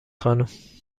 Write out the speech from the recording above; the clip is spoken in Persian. خانم